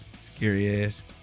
Scary-ass